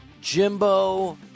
Jimbo